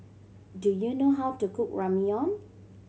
do you know how to cook Ramyeon